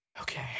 okay